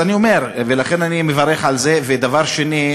אני חושב שאפילו ועדת פרוקצ'יה, כבוד השרה,